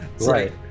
Right